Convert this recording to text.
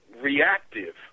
reactive